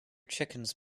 chickens